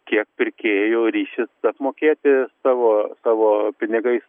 kiek pirkėjų ryšis apmokėti savo savo pinigais tuos vaistus